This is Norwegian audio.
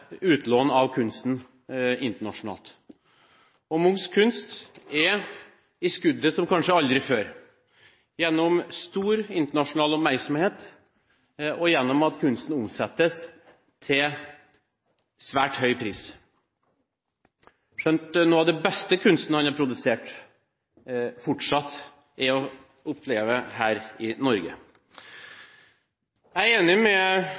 utlån av kunsten internasjonalt. Munchs kunst er i skuddet som kanskje aldri før, gjennom stor internasjonal oppmerksomhet og gjennom at kunsten omsettes til svært høy pris, skjønt noe av den beste kunsten han har produsert, fortsatt er å oppleve her i Norge. Jeg er enig med